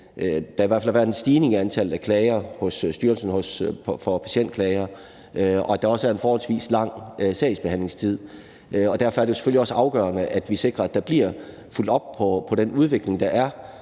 på, at der har været en stigning i antallet af klager til Styrelsen for Patientklager, og at der også er en forholdsvis lang sagsbehandlingstid. Derfor er det selvfølgelig også afgørende, at vi sikrer, at der bliver fulgt op på den udvikling, der er